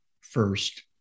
first